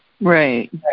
Right